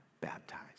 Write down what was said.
baptized